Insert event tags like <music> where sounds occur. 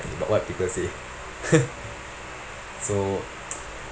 about what people say <laughs> so